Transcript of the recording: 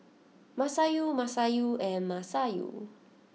Masayu Masayu and Masayu